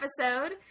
episode